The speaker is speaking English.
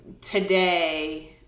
today